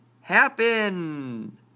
happen